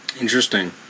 Interesting